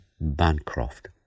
Bancroft